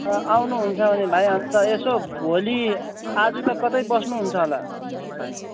आउनुहुन्छ भने भाइ अन्त यसो भोलि आज त कतै बस्नुहुन्छ होला भाइ